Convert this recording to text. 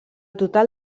total